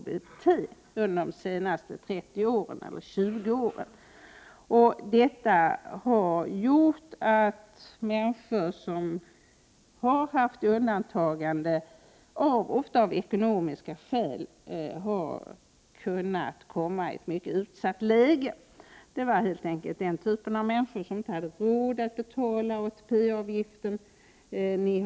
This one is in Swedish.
Detta har fört med sig att människor som ofta av ekonomiska skäl har haft undantagande befunnit sig i ett mycket utsatt läge. Det rörde sig helt enkelt om människor som inte hade råd att betala ATP-avgiften.